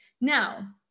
Now